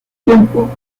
tiempo